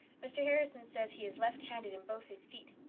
mr. harrison says he is left handed in both his feet.